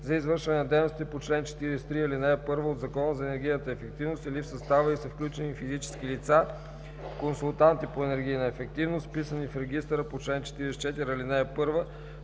за извършване на дейностите по чл. 43, ал. 1 от Закона за енергийната ефективност или в състава й са включени физически лица – консултанти по енергийна ефективност, вписани в регистъра по чл. 44, ал. 1